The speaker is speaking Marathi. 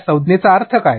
त्या संज्ञेचा अर्थ काय